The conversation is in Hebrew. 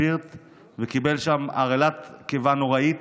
הספירט וקיבל שם הרעלת קיבה נוראית.